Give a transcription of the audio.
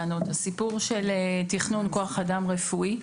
הסיפור של תכנון של כוח אדם רפואי,